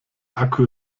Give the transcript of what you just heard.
akku